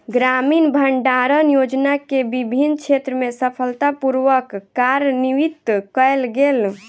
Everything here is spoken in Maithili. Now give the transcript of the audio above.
ग्रामीण भण्डारण योजना के विभिन्न क्षेत्र में सफलता पूर्वक कार्यान्वित कयल गेल